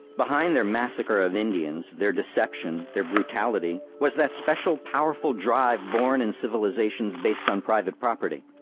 behind their massacre of indians, their deception, their brutality, was that special powerful drive born in civilizations based on private property.